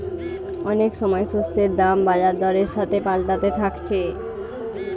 অনেক সময় শস্যের দাম বাজার দরের সাথে পাল্টাতে থাকছে